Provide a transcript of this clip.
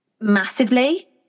massively